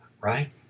Right